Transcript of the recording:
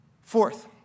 Fourth